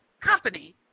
company